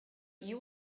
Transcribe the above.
you